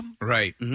right